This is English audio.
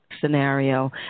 scenario